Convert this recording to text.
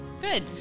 Good